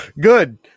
Good